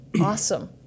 Awesome